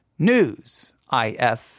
Newsif